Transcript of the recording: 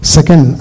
Second